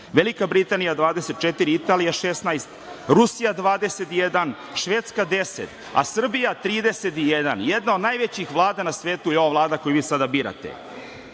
Velika Britanija 24, Italija 16, Rusija 21, Švedska 10, a Srbija 31. Jedna od najvećih Vlada na svetu je ova Vlada koju vi sada birate. Svi